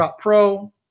Pro